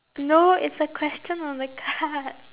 no it's the question on the card